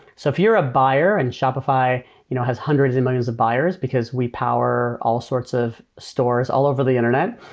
so if you're a buyer, and shopify you know has hundreds and millions of buyers, because we power all sorts of stores all over the internet,